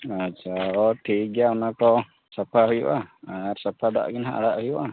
ᱟᱪᱪᱷᱟ ᱚᱻ ᱴᱷᱤᱠ ᱜᱮᱭᱟ ᱚᱱᱟ ᱠᱚ ᱥᱟᱯᱷᱟ ᱦᱩᱭᱩᱜᱼᱟ ᱟᱨ ᱥᱟᱯᱷᱟ ᱫᱟᱜ ᱜᱮ ᱦᱟᱜ ᱟᱲᱟᱜ ᱦᱩᱭᱩᱜᱼᱟ